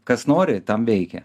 kas nori tam veikia